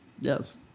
yes